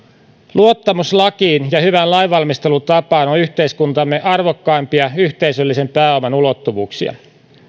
luottamus lakiin ja hyvään lainvalmistelutapaan on yhteiskuntamme arvokkaimpia yhteisöllisen pääoman ulottuvuuksia